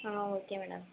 ah okay madam